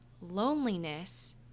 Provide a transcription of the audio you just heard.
loneliness